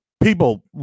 people